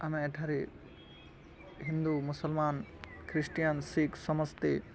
ଆମେ ଏଠାରେ ହିନ୍ଦୁ ମୁସଲମାନ ଖ୍ରୀଷ୍ଟିୟାନ ଶିଖ୍ ସମସ୍ତେ